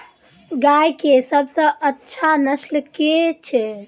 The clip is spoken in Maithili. गाय केँ सबसँ अच्छा नस्ल केँ छैय?